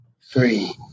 three